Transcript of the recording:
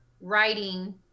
writing